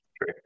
True